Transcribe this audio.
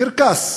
קרקס.